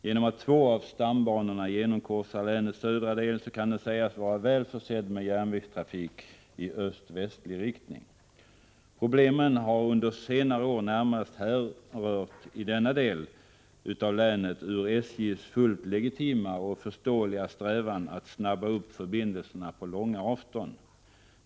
Genom att två av stambanorna genomkorsar länets södra del kan denna sägas vara väl försedd med järnvägstrafik i öst-västlig riktning. Problemen har under senare år i denna del närmast härrört ur SJ:s fullt legitima och förståeliga strävan att snabba upp förbindelserna mellan orter på långa avstånd.